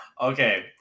okay